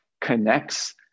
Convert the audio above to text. connects